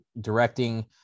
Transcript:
directing